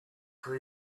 for